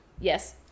Yes